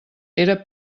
era